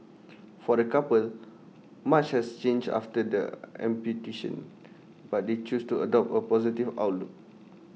for the couple much has changed after the amputation but they choose to adopt A positive outlook